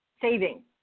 saving